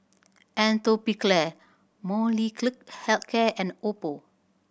Atopiclair Molnylcke Health Care and Oppo